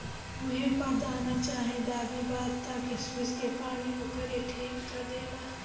मुहे पर दाना चाहे दागी बा त किशमिश के पानी ओके ठीक कर देला